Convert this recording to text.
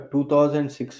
2006